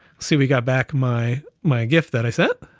see, we got back my my gif that i sent.